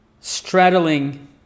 Straddling